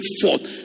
forth